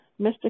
Mr